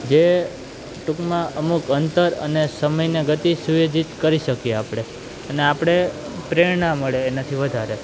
જે ટૂંકમાં અમુક અંતર અને સમયને ગતિ સુવેધીત કરી શકીએ આપળે અને આપળે પ્રેરણા મળે એનાથી વધારે